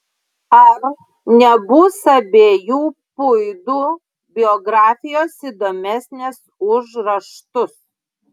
ar nebus abiejų puidų biografijos įdomesnės už raštus